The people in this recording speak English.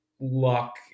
luck